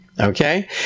Okay